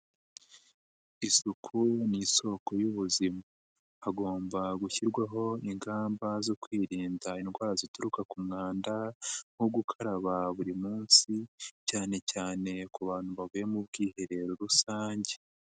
Isuku ni isoko y'ubuzima hagomba gushyirwaho ingamba zo kwirinda indwara zituruka ku mwanda nko gukaraba buri munsi cyane cyane ku bantu bavuye mu bwiherero rusange.